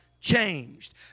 changed